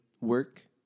work